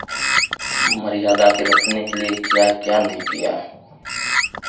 मर्यादा को रखने के लिए क्या क्या नहीं किया